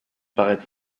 paraît